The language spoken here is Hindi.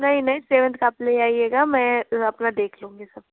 नहीं नहीं सेवंथ का आप ले आइएगा मैं अपना देख लूँगी सब